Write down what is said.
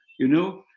you know.